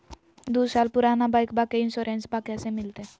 दू साल पुराना बाइकबा के इंसोरेंसबा कैसे मिलते?